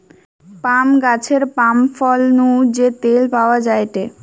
পাম গাছের পাম ফল নু যে তেল পাওয়া যায়টে